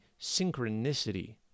synchronicity